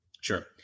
Sure